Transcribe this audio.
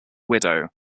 widow